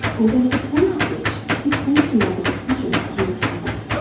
and there was a point at which he seemed to make a decision to recover.